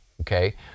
okay